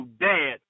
dad